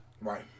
Right